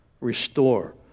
restore